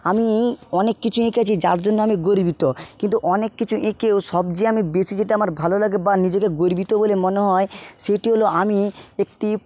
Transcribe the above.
আমি অনেক কিছু এঁকেছি যার জন্য আমি গর্বিত কিন্তু অনেক কিছু এঁকেও সবযেয়ে আমি বেশি যেটা আমার ভালো লাগে বা নিজেকে গর্বিত বলে মনে হয় সেটি হল আমি একটি